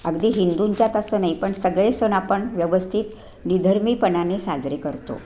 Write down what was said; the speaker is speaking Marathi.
अगदी हिंदूंच्यात असं नाही पण सगळे सण आपण व्यवस्थित निधर्मीपणाने साजरे करतो